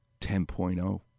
10.0